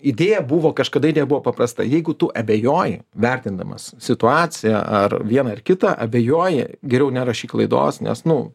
idėja buvo kažkada idėja buvo paprasta jeigu tu abejoji vertindamas situaciją ar vieną ar kitą abejoji geriau nerašyk klaidos nes nu